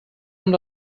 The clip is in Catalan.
amb